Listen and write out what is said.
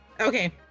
Okay